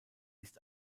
ist